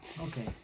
okay